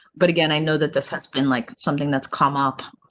but again, i know that this has been like something that's come up.